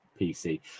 PC